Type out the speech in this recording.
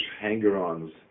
hanger-ons